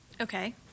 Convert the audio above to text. Okay